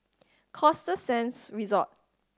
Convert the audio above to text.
Costa Sands Resort